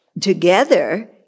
together